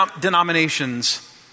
denominations